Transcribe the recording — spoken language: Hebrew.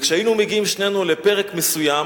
כשהיינו מגיעים שנינו לפרק מסוים,